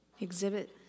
Exhibit